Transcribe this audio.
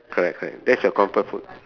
correct correct that's your comfort food